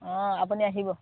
অঁ আপুনি আহিব